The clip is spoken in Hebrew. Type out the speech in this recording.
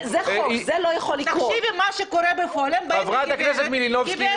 הם באים לגברת: גברת --- חברת הכנסת מלינובסקי,